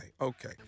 okay